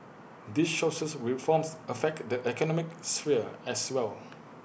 these social reforms affect the economic sphere as well